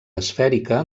esfèrica